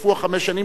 כשחלפו חמש השנים,